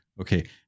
okay